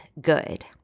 good